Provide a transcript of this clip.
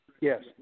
Yes